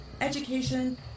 education